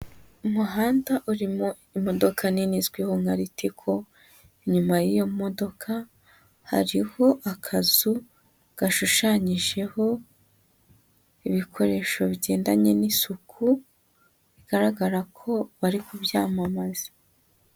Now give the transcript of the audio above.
Umuhanda urimo imodoka nini izwiho nka Ritco, inyuma y'iyo modoka hariho akazu gashushanyijeho ibikoresho bigendanye n'isuku, bigaragara ko bari kubyamamaza.